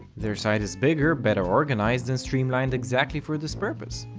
their site is bigger, better organized, and streamlined exactly for this purpose.